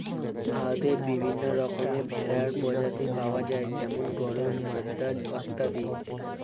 ভারতে বিভিন্ন রকমের ভেড়ার প্রজাতি পাওয়া যায় যেমন গরল, মাদ্রাজ অত্যাদি